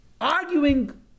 Arguing